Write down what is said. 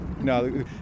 No